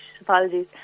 apologies